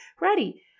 ready